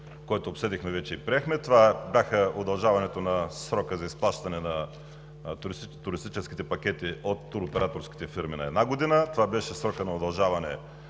който вече обсъдихме и приехме. Това беше удължаване на срока за изплащане на туристическите пакети от туроператорските фирми на една година. Това беше срокът на удължаване